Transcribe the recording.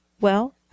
Well